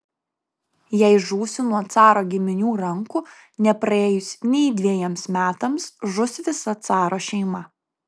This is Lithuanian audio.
jei žūsiu nuo caro giminių rankų nepraėjus nei dvejiems metams žus visa caro šeima